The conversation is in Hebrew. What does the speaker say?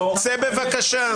צא בבקשה.